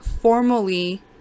formally